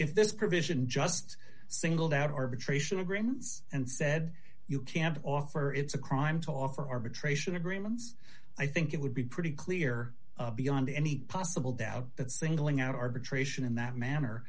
this provision just singled out arbitration agreements and said you can't offer it's a crime to offer arbitration agreements i think it would be pretty clear beyond any possible doubt that singling out arbitration in that manner